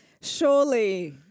Surely